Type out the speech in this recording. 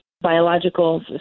biological